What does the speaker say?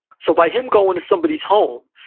so by him going to somebody's home,